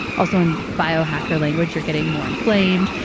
also, in bio-hacker language you're getting more inflamed,